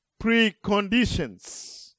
preconditions